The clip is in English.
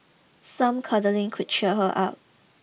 some cuddling could cheer her up